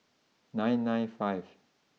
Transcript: nine nine five